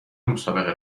مسابقه